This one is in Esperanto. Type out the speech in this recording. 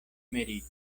merito